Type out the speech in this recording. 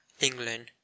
england